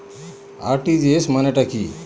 RTGS মানে টা কি?